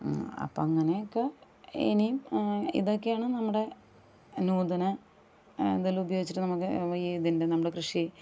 അപ്പം അങ്ങനെയൊക്കെ ഇനിയും ഇതൊക്കെയാണ് നമ്മുടെ നൂതന ഇതെല്ലാം ഉപയോഗിച്ചിട്ട് നമുക്ക് ഇതിൻ്റെ നമ്മുടെ കൃഷി